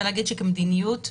כמדיניות,